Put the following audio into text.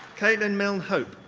caitlin milne hope.